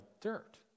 dirt